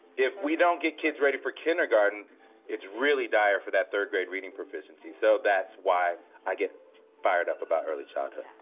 if we don't get kids ready for kindergarten it's really dire for that third-grade reading proficiency. so that's why i get fired up about early childhood.